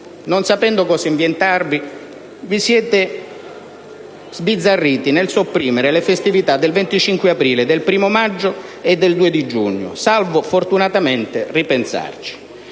Non sapendo cosa inventarvi, vi siete sbizzarriti nel sopprimere le festività del 25 aprile, del 1° maggio e del 2 giugno, salvo poi fortunatamente ripensarci.